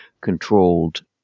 controlled